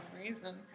reason